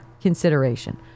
consideration